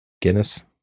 Guinness